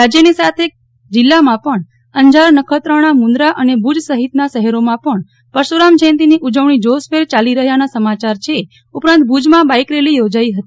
રાજ્ય સાથે જિલ્લામાં પણ અંજારનખત્રાણાભુજમુન્દ્રા સફિત નાં શહેરોમાં પણ પશુરામજયંતિની ઉજવણી જોશભેર ચાલી રહ્યાના સમાચાર છે ઉપરાંત ભુજમાં બાઈક રેલી યોજાઈ હતી